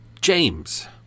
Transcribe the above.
James